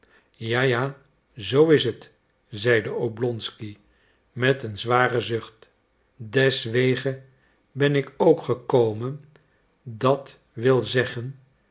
ja ja zoo is het zeide oblonsky met een zwaren zucht deswege ben ik ook gekomen dat wil zeggen